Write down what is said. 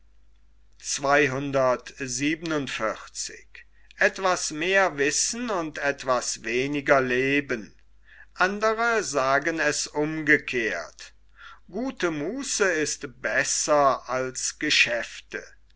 andere sagen es umgekehrt gute muße ist besser als geschäfte